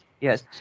Yes